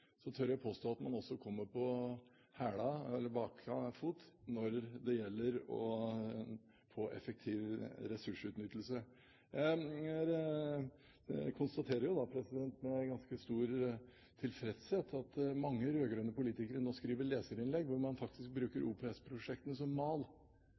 tør jeg påstå at man også kommer «på hæla» – eller bakpå – når det gjelder å få effektiv ressursutnyttelse. Jeg konstaterer med ganske stor tilfredshet at mange rød-grønne politikere nå skriver leserinnlegg der man faktisk bruker